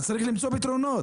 צריך למצוא פתרונות.